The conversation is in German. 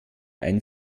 ein